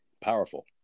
powerful